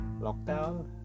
lockdown